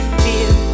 fear